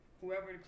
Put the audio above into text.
whoever